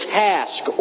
task